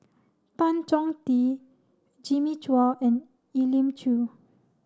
Tan Chong Tee Jimmy Chua and Elim Chew